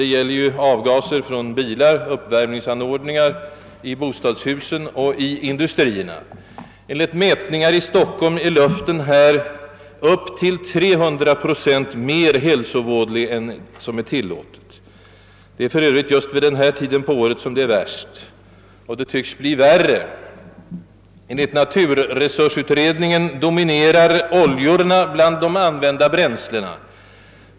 Det gäller avgaser från bilar, uppvärmningsanord ningar i bostadshusen och i industrierna. Enligt mätningar i Stockholm är luften i denna stad upp till 300 procent mer hälsovådlig än som är tillåtet. Det är för övrigt vid denna tid på året som förhållandena är värst, och de tycks försämras ytterligare. Enligt naturresursutredningarna dominerar oljorna bland de använda bränslena.